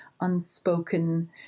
unspoken